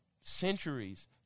centuries